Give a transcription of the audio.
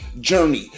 journey